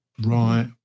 Right